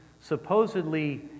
supposedly